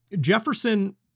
jefferson